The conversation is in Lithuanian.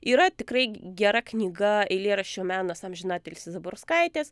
yra tikrai gera knyga eilėraščio menas amžiną atilsį zaborskaitės